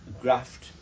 graft